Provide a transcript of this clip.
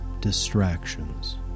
distractions